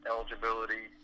Eligibility